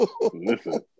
Listen